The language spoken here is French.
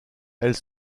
elle